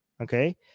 okay